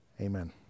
Amen